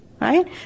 right